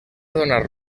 donar